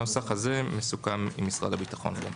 הנוסח הזה מסוכם עם משרד הביטחון.